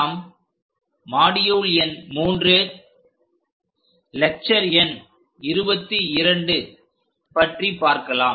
நாம் மாடியுள் எண் 03 லெக்ச்சர் எண் 22 பற்றி பார்க்கலாம்